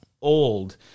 old